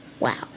Wow